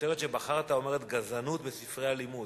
הכותרת שבחרת אומרת: "גזענות בספרי הלימוד".